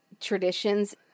traditions